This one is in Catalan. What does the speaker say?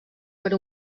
per